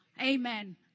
Amen